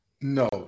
No